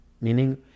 meaning